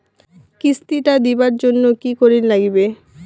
কিস্তি টা দিবার জন্যে কি করির লাগিবে?